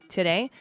Today